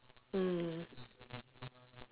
mm